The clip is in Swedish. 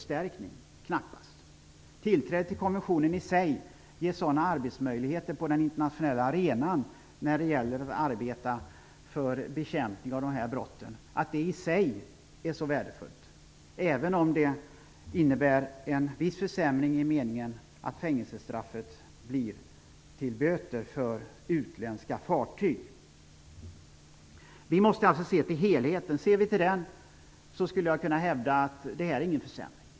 Själva tillträdet till konventionen ger arbetsmöjligheter på den internationella arenan när det gäller bekämpning av brott av detta slag och det är värdefullt i sig, även om det innebär en viss försämring i den meningen att fängelsestraffet blir till böter för utländska fartyg. Vi måste alltså se till helheten. Gör vi det, skulle jag vilja hävda att detta inte är någon försämring.